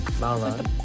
Mala